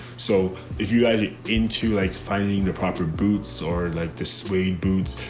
so if you guys get into like finding the proper boots or like the suede boots,